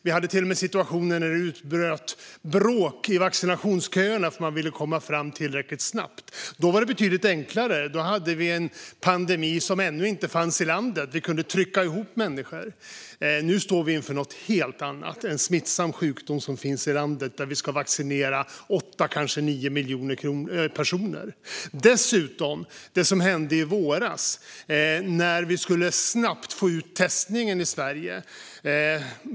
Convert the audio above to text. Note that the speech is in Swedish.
Det fanns till och med situationer där det utbröt bråk i vaccinationsköerna, eftersom man ville komma fram tillräckligt snabbt. Då var det ändå betydligt enklare. Det var en pandemi som ännu inte fanns i landet, och vi kunde trycka ihop människor. Nu står vi inför något helt annat: en smittsam sjukdom som finns i landet. Och vi ska vaccinera åtta, kanske nio miljoner personer. Vi ska dessutom minnas det som hände i våras, när vi snabbt skulle få igång testningen i Sverige.